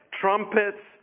trumpets